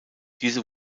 diese